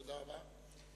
תודה רבה.